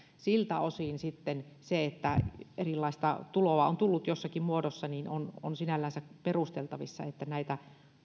siltä osin sitten se jos erilaista tuloa on tullut jossakin muodossa on on sinällänsä perusteltavissa että näitä